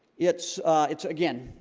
it's it's again.